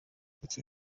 iki